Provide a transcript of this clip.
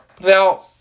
Now